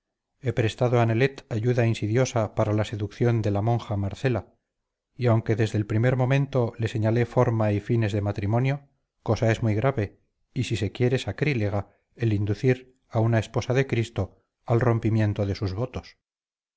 he prestado a nelet ayuda insidiosa para la seducción de la monja marcela y aunque desde el primer momento le señalé forma y fines de matrimonio cosa es muy grave y si se quiere sacrílega el inducir a una esposa de cristo al rompimiento de sus votos